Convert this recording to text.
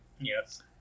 Yes